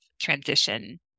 transition